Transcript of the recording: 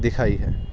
دکھائی ہے